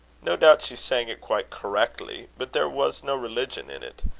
no doubt she sang it quite correctly but there was no religion in it.